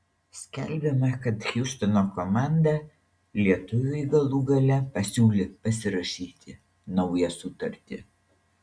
skelbiama kad hjustono komanda lietuviui galų gale pasiūlė pasirašyti naują sutartį